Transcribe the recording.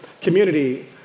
community